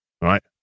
right